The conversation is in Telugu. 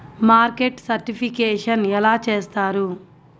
మార్కెట్ సర్టిఫికేషన్ ఎలా చేస్తారు?